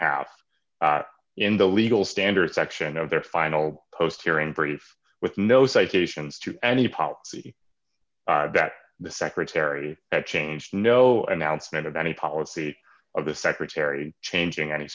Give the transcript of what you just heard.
half in the legal standard section of their final post here in brief with no citations to any policy that the secretary had changed no announcement of any policy of the secretary changing any